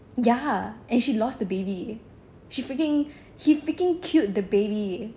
ya and she lost the baby she freaking he freaking killed the baby